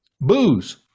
Booze